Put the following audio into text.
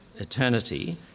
eternity